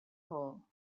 hole